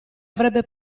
avrebbe